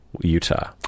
utah